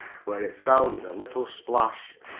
where it fell with a little splash.